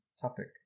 topic